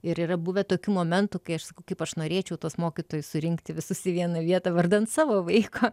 ir yra buvę tokių momentų kai aš sakau kaip aš norėčiau tuos mokytojus surinkti visus į vieną vietą vardan savo vaiko